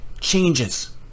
changes